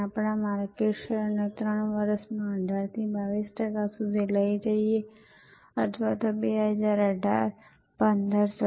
ત્યાં તે સંખ્યાબંધ વિતરણો છે જે 350000 ની નજીક છે સંભવતઃ આજે ૫ લાખ વિતરણ કરવામાં આવી છે